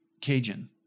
Cajun